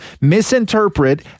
misinterpret